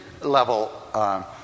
level